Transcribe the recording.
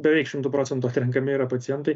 beveik šimtu procentų atrenkami yra pacientai